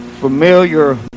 familiar